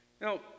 now